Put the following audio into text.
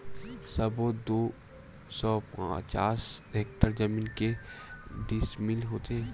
सबो दू सौ पचास हेक्टेयर जमीन के डिसमिल होथे?